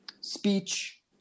speech